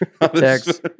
Text